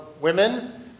women